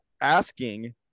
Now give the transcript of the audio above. asking